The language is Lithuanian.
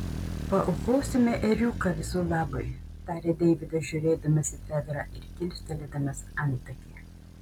paaukosime ėriuką visų labui tarė deividas žiūrėdamas į fedrą ir kilstelėdamas antakį